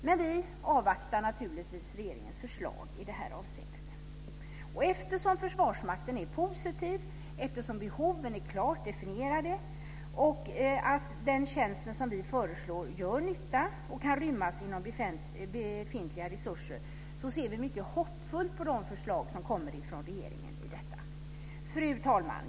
Men vi avvaktar naturligtvis regeringens förslag i det här avseendet. Eftersom Försvarsmakten är positiv, eftersom behoven är klart definierade och eftersom den tjänst vi föreslår gör nytta och kan rymmas inom befintliga resurser ser vi mycket hoppfullt på de förslag som kommer från regeringen i detta. Fru talman!